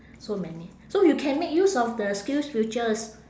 so many so you can make use of the skills futures